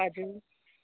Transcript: हजुर